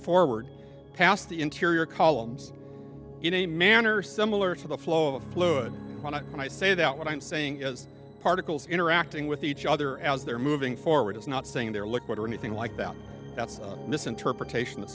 forward past the interior columns in a manner similar to the flow of fluid on it and i say that what i'm saying is particles interacting with each other as they're moving forward is not saying they're liquid or anything like that that's misinterpretation that